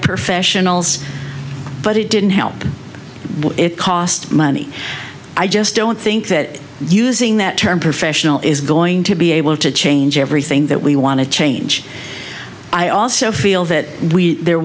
professionals but it didn't help it cost money i just don't think that using that term professional is going to be able to change everything that we want to change i also feel that we there